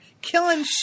killing